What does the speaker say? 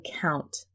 count